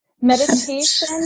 Meditation